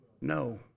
No